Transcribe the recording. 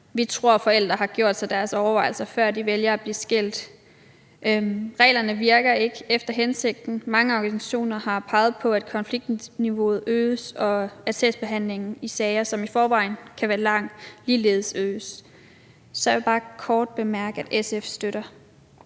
Vi tror, at forældre har gjort sig deres overvejelser, før de vælger at blive skilt. Reglerne virker ikke efter hensigten. Mange organisationer har peget på, at konfliktniveauet øges, og at sagsbehandlingen i sager, som i forvejen kan være lang, ligeledes øges. Så jeg vil bare kort bemærke, at SF støtter